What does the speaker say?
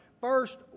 first